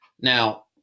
Now